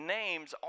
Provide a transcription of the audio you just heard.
names